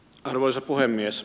arvoisa puhemies